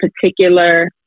particular